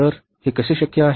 तर हे कसे शक्य आहे